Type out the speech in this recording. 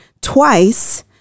twice